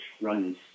runs